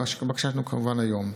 הבקשה שלנו היא כמובן היום.